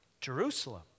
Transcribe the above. Jerusalem